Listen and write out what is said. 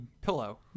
pillow